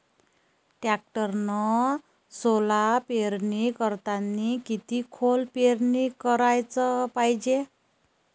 टॅक्टरनं सोला पेरनी करतांनी किती खोल पेरनी कराच पायजे?